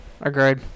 Agreed